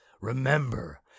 Remember